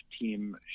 Team